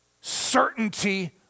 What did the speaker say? Certainty